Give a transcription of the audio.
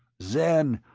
zen!